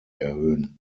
erhöhen